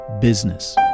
business